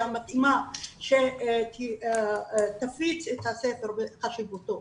המתאימה שתפיץ את הספר ואת חשיבותו.